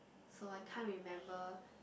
so I can't remember